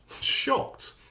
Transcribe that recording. shocked